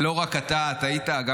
אתה טעית,